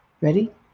Ready